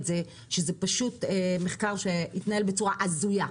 זה שזה פשוט מחקר שהתנהל בצורה הזויה.